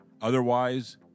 Otherwise